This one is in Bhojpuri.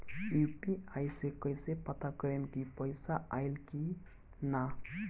यू.पी.आई से कईसे पता करेम की पैसा आइल की ना?